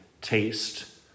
taste